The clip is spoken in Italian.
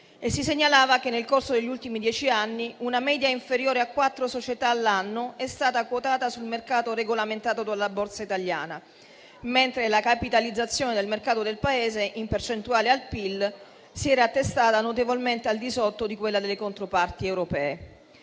si segnalava che, nel corso degli ultimi dieci anni, una media inferiore a quattro società all'anno fosse stata quotata sul mercato regolamentato dalla Borsa italiana, mentre la capitalizzazione del mercato del Paese, in percentuale al PIL, si fosse attestata notevolmente al di sotto di quella delle controparti europee.